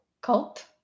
cult